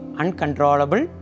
uncontrollable